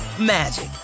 magic